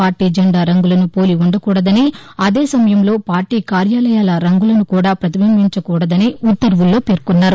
party జెండా రంగులను పోలి ఉండకూడదని అదే సమయంలో పార్టీ కార్యాలయాల రంగులను కూడా ప్రతిబింబించకూడదని ఉత్వర్వుల్లో పేర్కొన్నారు